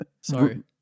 Sorry